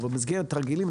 במסגרת תרגילים,